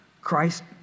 Christ